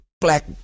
black